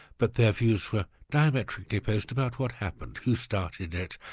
but their views were diametrically opposed about what happened, who started it,